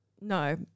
No